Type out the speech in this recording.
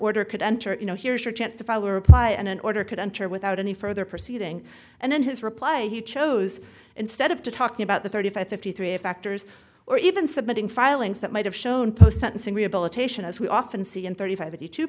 order could enter you know here's your chance to file a reply and an order could enter without any further proceeding and in his reply he chose instead of talking about the thirty five fifty three factors or even submitting filings that might have shown post sentencing rehabilitation as we often see in thirty five of the two